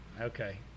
Okay